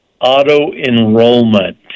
auto-enrollment